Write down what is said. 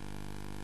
שקלים.